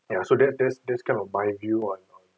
ya so that's that's that's kind of my view on on